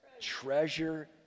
Treasure